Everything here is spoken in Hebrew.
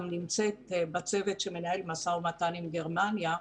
נמצאת בצוות שמנהל משא ומתן עם גרמניה.